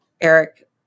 Eric